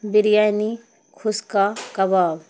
biryani khushka کباب